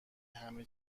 همه